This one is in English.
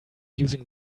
using